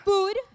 Food